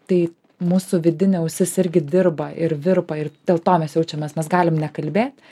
tai mūsų vidinė ausis irgi dirba ir virpa ir dėl to mes jaučiamės mes galim nekalbėt